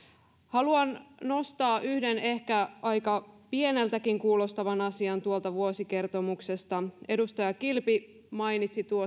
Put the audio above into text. haluan nostaa yhden ehkä aika pieneltäkin kuulostavan asian tuolta vuosikertomuksesta edustaja kilpi mainitsi